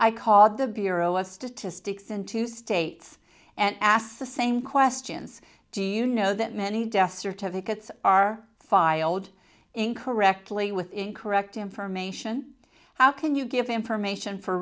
i called the bureau of statistics in two states and asked the same questions do you know that many death certificates are filed incorrectly with incorrect information how can you give information for